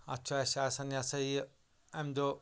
اَتھ چھُ اَسہِ آسان یہِ ہَسا یہِ اَمہِ دۄہ